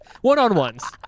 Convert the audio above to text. One-on-ones